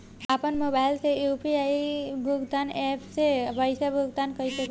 आपन मोबाइल से यू.पी.आई भुगतान ऐपसे पईसा भुगतान कइसे करि?